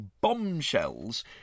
bombshells